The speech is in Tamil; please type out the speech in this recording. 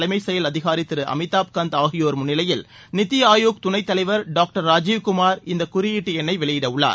தலைமைச் செயல் அதிகாரி திரு அமிதாப் கந்த் ஆகியோர் முன்னிலையில் நித்தி ஆயோக் துணைத் தலைவர் டாக்டர் ராஜீவ் குமார் இந்தக் குறியீட்டு எண்ணை வெளியிடவுள்ளார்